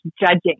judging